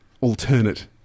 alternate